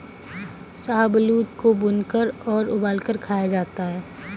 शाहबलूत को भूनकर और उबालकर खाया जाता है